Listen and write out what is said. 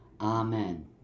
Amen